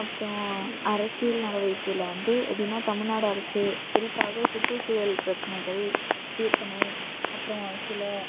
அப்புறம் அரசியல் நடவடிக்கையில வந்து எப்படின்னா தமிழ்நாடு அரசு குறிப்பாக சுற்றுசூழல் பிரச்சனைகள் தீர்க்கணும் அப்புறம் சில